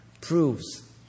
proves